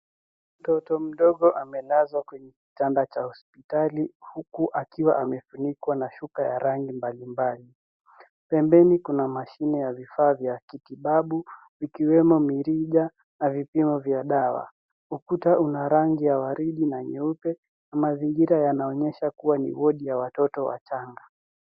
Mtoto mdogo amelazwa kwenye kitanda cha hospitali huku akiwa amefunikwa na shuka ya rangi mbalimbali. Pembeni kuna mashine ya vifaa vya kibabu ikiwemo mirija na vipimo vya dawa. Ukuta una rangi ya waridi na nyeupe na mazingira yanaonyesha kuwa ni wodi ya watoto wachanga.